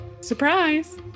Surprise